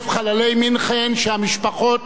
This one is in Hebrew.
שהמשפחות שלהם נמצאת כאן,